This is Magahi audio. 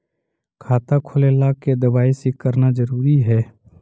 खाता खोले ला के दवाई सी करना जरूरी है?